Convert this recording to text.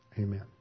Amen